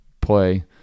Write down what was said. play